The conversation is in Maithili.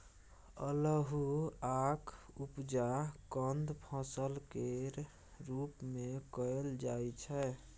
अल्हुआक उपजा कंद फसल केर रूप मे कएल जाइ छै